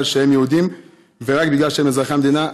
שהם יהודים ורק בגלל שהם אזרחי המדינה?